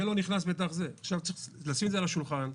צריך לשים את זה על השולחן,